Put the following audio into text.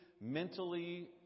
mentally